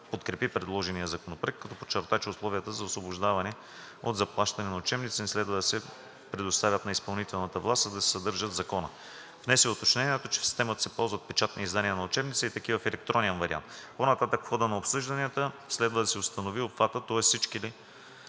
подкрепи предложения Законопроект, като подчерта, че условията за освобождаване от заплащане на учебниците не следва да се предоставят на изпълнителната власт, а да се съдържат в Закона. Внесе уточнението, че в системата се ползват печатни издания на учебници и такива в електронен вариант. По-нататък в хода на обсъжданията следва да се установи обхватът, тоест всички ли